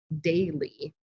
daily